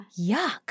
Yuck